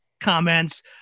comments